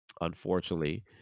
unfortunately